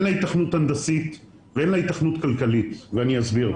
אין לה היתכנות הנדסית ואין לה היתכנות כלכלית ואני אסביר.